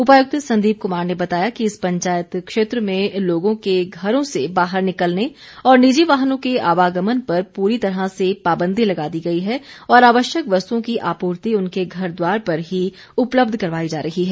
उपायुक्त संदीप कुमार ने बताया कि इस पंचायत क्षेत्र में लोगों के घरों से बाहर निकलने और निजी वाहनों के आवागमन पर पूरी तरह से पाबंदी लगा दी गई है और आवश्यक वस्तुओं की आपूर्ति उनके घरद्वार पर ही उपलब्ध करवाई जा रही है